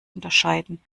unterscheiden